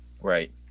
Right